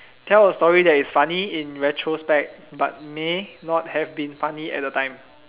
tell a story that is funny in retrospect but may not have been funny at the time